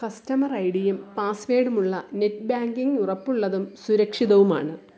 customer I ഡിയും പാസ്വേഡുമുള്ള net banking ഉറപ്പുള്ളതും സുരക്ഷിതവുമാണ്